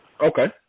Okay